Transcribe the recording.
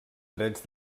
drets